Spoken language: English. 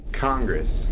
Congress